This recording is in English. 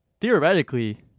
Theoretically